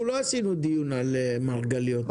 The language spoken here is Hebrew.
אנחנו לא עשינו דיון על מרגליות,